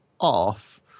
off